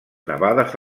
nevades